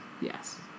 Yes